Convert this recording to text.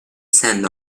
send